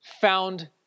found